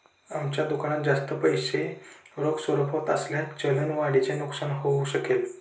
आमच्या दुकानात जास्त पैसे रोख स्वरूपात असल्यास चलन वाढीचे नुकसान होऊ शकेल